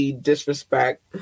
disrespect